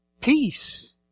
peace